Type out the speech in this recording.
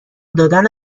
دادن